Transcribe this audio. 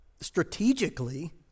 strategically